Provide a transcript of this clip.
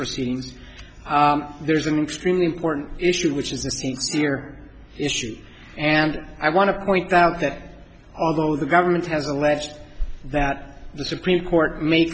proceedings there's an extremely important issue which is the issue and i want to point out that although the government has alleged that the supreme court ma